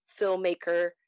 filmmaker